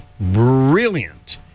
brilliant